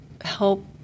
help